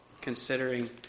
considering